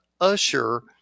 usher